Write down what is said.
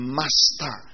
master